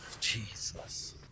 Jesus